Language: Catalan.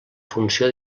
funció